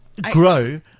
grow